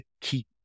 keep